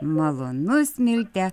malonu smilte